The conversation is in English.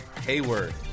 Hayward